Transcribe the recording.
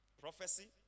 Prophecy